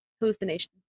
hallucination